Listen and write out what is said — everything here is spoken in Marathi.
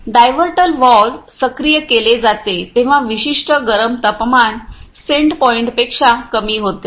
डायव्हर्टर वाल्व्ह सक्रिय केले जाते जेव्हा विशिष्ट गरम तापमान सेट पॉइंट्सपेक्षा कमी होते